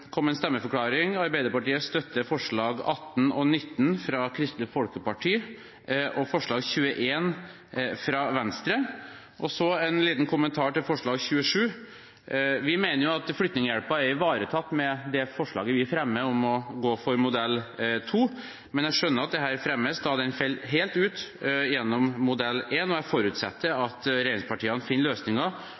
en stemmeforklaring: Arbeiderpartiet støtter forslag 18 og 19 fra Kristelig Folkeparti og forslag 21 fra Venstre. Så en liten kommentar til forslag 27: Vi mener at Flyktninghjelpen er ivaretatt med det forslaget vi fremmer om å gå for modell 2, men jeg skjønner at det her fremmes, da den faller helt ut gjennom modell 1, og jeg forutsetter at regjeringspartiene finner løsninger,